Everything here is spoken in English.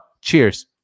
Cheers